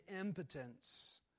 impotence